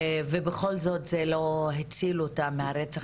ובכל זאת זה לא הציל אותה מהרצח,